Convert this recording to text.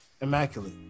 Immaculate